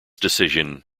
decision